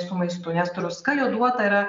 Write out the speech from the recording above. su maistu nes druska joduota yra